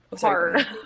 hard